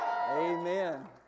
Amen